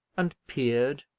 and peered,